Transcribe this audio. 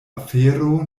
afero